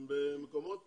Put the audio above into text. במקומות